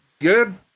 good